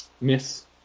miss